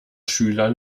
schüler